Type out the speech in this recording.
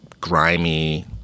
grimy